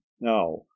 now